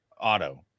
auto